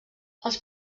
els